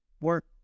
work